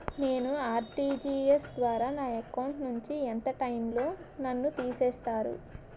నేను ఆ.ర్టి.జి.ఎస్ ద్వారా నా అకౌంట్ నుంచి ఎంత టైం లో నన్ను తిసేస్తారు?